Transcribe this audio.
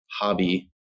hobby